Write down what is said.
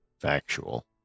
factual